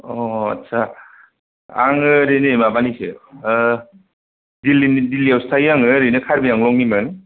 अ आस्सा आङो ओरै नै माबानिसो दिल्लिनि दिल्लियावसो थायो आङो ओरैनो कार्बि आंलंनिमोन